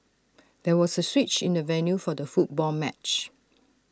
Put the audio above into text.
there was A switch in the venue for the football match